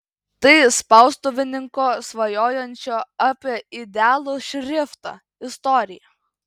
tai spaustuvininko svajojančio apie idealų šriftą istorija